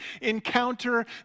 encounter